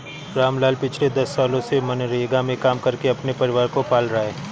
रामलाल पिछले दस सालों से मनरेगा में काम करके अपने परिवार को पाल रहा है